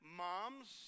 moms